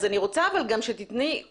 את כאן כדי להסביר לנו את הדרך בה אתם נוקטים.